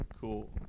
cool